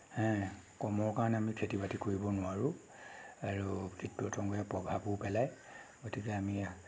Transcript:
হে কমৰ কাৰণে আমি খেতি বাতি কৰিব নোৱাৰোঁ আৰু কীট পতংগই প্ৰভাৱো পেলায় গতিকে আমি